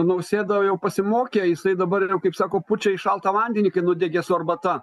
nausėda jau pasimokė jisai dabar yra kaip sako pučia šaltą vandenį kai nudegė su arbata